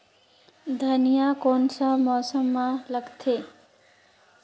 धनिया कोन सा मौसम मां लगथे?